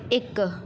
ਇੱਕ